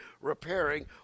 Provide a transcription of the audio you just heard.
repairing